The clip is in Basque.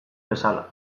bezala